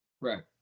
Right